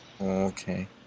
Okay